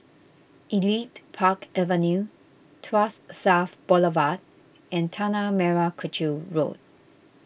Elite Park Avenue Tuas South Boulevard and Tanah Merah Kechil Road